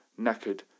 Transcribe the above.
knackered